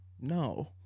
no